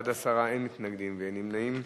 בעד, 10, אין מתנגדים ואין נמנעים.